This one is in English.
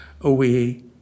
away